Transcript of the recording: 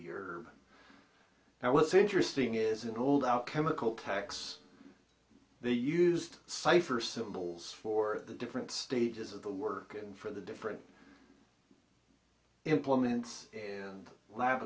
here now what's interesting is a hold out chemical tax they used cipher symbols for the different stages of the work and for the different implements and lab